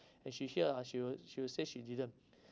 if she hear ah she will she will say she didn't